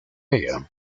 ella